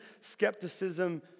skepticism